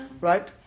Right